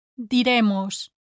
diremos